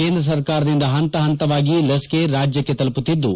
ಕೇಂದ್ರ ಸರ್ಕಾರದಿಂದ ಪಂತ ಪಂತವಾಗಿ ಲಸಿಕೆ ರಾಜ್ಯ ತಲುಪುತ್ತಿದ್ದು